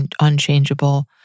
unchangeable